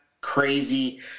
crazy –